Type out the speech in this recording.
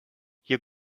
your